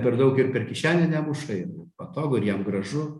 per daug ir per kišenę nemuša ir patogu ir jam gražu